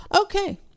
Okay